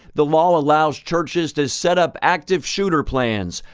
the law allows churches to set up active shooter plans,